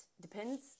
Depends